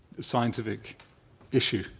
scientific issue.